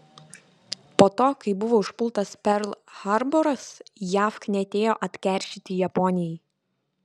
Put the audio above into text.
po to kai buvo užpultas perl harboras jav knietėjo atkeršyti japonijai